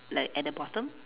like at the bottom